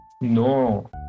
No